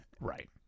right